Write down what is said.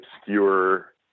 obscure